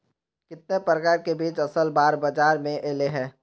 कितने प्रकार के बीज असल बार बाजार में ऐले है?